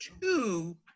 two